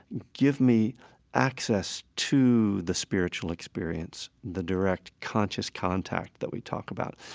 give me access to the spiritual experience the direct conscious contact that we've talk about.